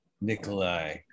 Nikolai